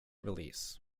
release